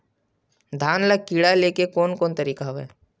धान ल कीड़ा ले के कोन कोन तरीका हवय?